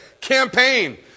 campaign